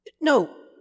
No